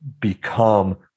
become